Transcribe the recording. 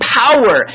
power